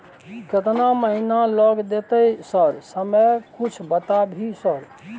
केतना महीना लग देतै सर समय कुछ बता भी सर?